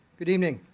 good evening.